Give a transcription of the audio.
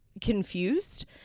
confused